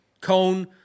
Cone